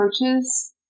approaches